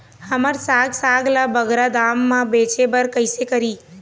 हमर साग साग ला बगरा दाम मा बेचे बर कइसे करी?